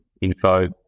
info